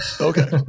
Okay